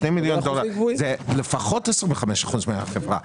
2 מיליון דולר זה לפחות 25% מהחברה,